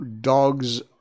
dogs